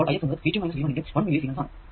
അപ്പോൾ Ix എന്നത് V2 V1 × 1 millisiemens ആണ്